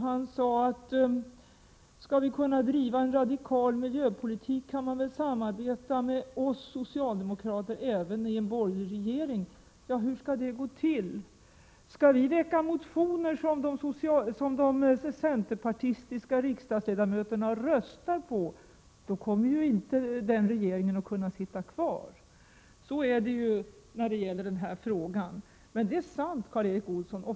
Han sade att skall vi driva en radikal miljöpolitik, kan man väl samarbeta med oss socialdemokrater även i en borgerlig regering. Hur skall det gå till? Skall vi väcka motioner som de centerpartistiska riksdagsledamöterna röstar på? Då kommer ju inte den regeringen att kunna sitta kvar. Så är det beträffande den här frågan — det är sant, Karl Erik Olsson.